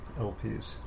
LPs